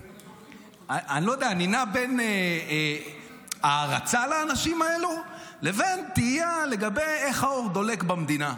אני נע בין הערצה לאנשים האלה לבין תהייה לגבי איך האור דולק במדינה.